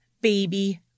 baby